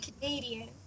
Canadian